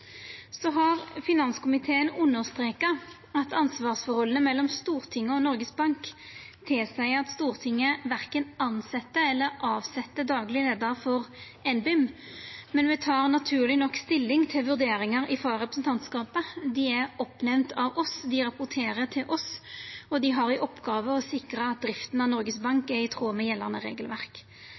at Stortinget verken tilset eller avset dagleg leiar for NBIM, men me tek naturleg nok stilling til vurderingar frå representantskapet – dei er oppnemnde av oss, dei rapporterer til oss, og dei har i oppgåve å sikra at drifta av Noregs Bank er i tråd med gjeldande regelverk.